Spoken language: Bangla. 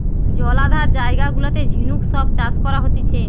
জলাধার জায়গা গুলাতে ঝিনুক সব চাষ করা হতিছে